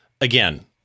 again